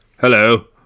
Hello